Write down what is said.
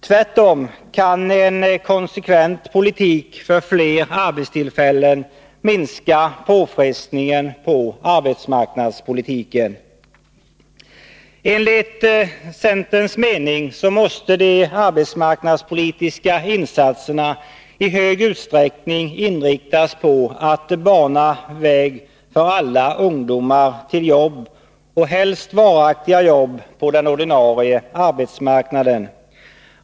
Tvärtom kan en konsekvent politik för fler arbetstillfällen minska påfrestningen på arbetsmarknadspolitiken. De arbetsmarknadspolitiska insatserna måste i stor utsträckning inriktas på att bana väg för alla ungdomar till jobb, och helst varaktiga jobb på den ordinarie arbetsmarknaden.